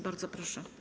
Bardzo proszę.